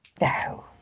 No